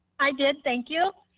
i did, thank you.